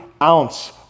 Ounce